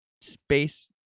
space